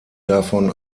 davon